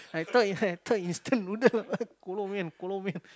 I thought I thought instant noodle Kolo Mian Kolo Mian